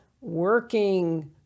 working